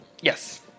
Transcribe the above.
Yes